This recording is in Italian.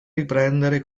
riprendere